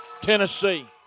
Tennessee